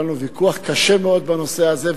היה לנו ויכוח קשה מאוד בנושא הזה,